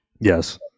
Yes